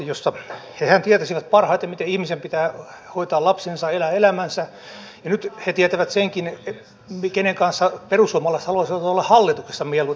hehän tietäisivät parhaiten miten ihmisen pitää hoitaa lapsensa elää elämänsä ja nyt he tietävät senkin kenen kanssa perussuomalaiset haluaisivat olla hallituksessa mieluiten